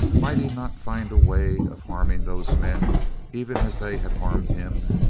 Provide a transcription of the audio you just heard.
might he not find a way of harming those men even as they had harmed him?